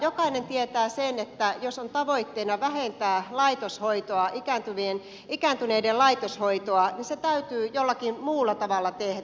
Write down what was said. jokainen tietää sen että jos on tavoitteena vähentää ikääntyneiden laitoshoitoa niin se täytyy jollakin muulla tavalla tehdä